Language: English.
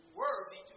worthy